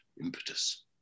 impetus